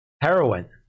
heroin